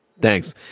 Thanks